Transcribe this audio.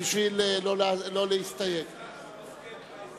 האם אנחנו ממשיכים בהצבעות אלקטרוניות?